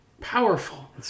powerful